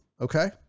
Okay